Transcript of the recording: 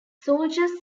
soldiers